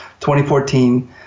2014